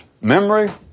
memory